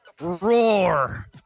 roar